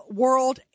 world